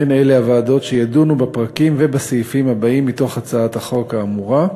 הן הוועדות שידונו בפרקים ובסעיפים הבאים מתוך הצעת החוק האמורה.